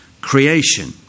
creation